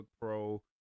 Pro